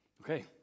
Okay